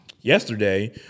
yesterday